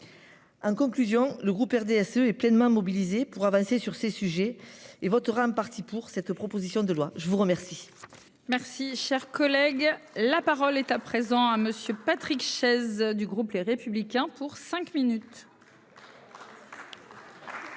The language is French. En conclusion, le groupe RDSE est pleinement mobilisée pour avancer sur ces sujets et votera en partie pour cette proposition de loi, je vous remercie. Merci, cher collègue, la parole est à présent à monsieur Patrick Chaize du groupe les républicains pour cinq minutes.